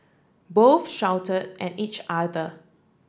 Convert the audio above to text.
both shouted at each other